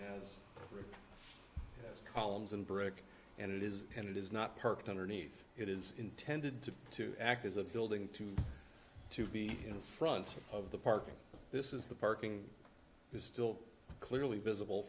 it's columns and brick and it is and it is not parked underneath it is intended to act as a building to to be in front of the park this is the parking is still clearly visible